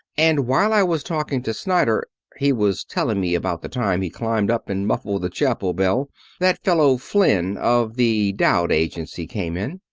and while i was talking to snyder he was telling me about the time he climbed up and muffled the chapel bell that fellow flynn, of the dowd agency, came in.